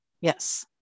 Yes